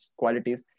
qualities